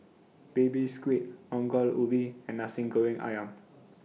Baby Squid Ongol Ubi and Nasi Goreng Ayam